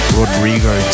Rodrigo